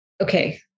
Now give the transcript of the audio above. okay